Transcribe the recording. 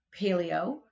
paleo